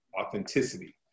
Authenticity